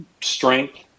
strength